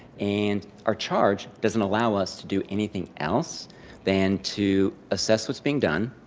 and our charge doesn't allow us to do anything else than to assess what's being done,